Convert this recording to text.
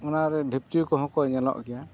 ᱚᱱᱟᱨᱮ ᱰᱷᱤᱯᱪᱩᱭ ᱠᱚᱦᱚᱸ ᱠᱚ ᱧᱮᱞᱚᱜ ᱜᱮᱭᱟ